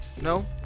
No